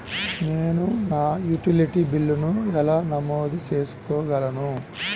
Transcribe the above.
నేను నా యుటిలిటీ బిల్లులను ఎలా నమోదు చేసుకోగలను?